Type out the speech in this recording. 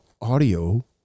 Audio